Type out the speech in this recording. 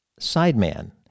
sideman